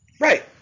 Right